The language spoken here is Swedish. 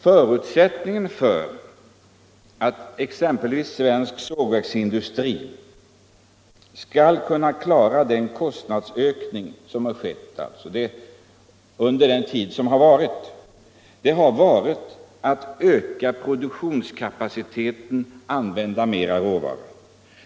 Förutsättningen för att exempelvis svensk sågverksindustri skall kunna klara den kostnadsökning som sketwt de senare åren har ju varit att öka produktionskapaciteten, använda mera råvara.